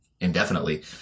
indefinitely